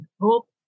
hope